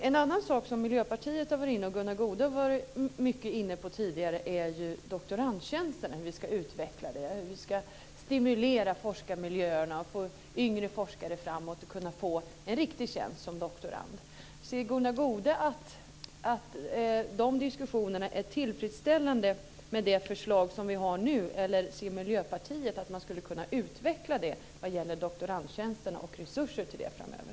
En annan sak som Miljöpartiet och Gunnar Goude har varit inne på tidigare är hur vi ska utveckla doktorandtjänsterna och stimulera forskarmiljöerna för att få fram yngre forskare som kan få en riktig tjänst som doktorand. Anser Gunnar Goude att de diskussionerna är tillfredsställande med det förslag som vi har nu, eller anser Miljöpartiet att man skulle kunna utveckla detta vad gäller doktorandtjänsterna och resurser till det framöver?